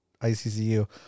ICCU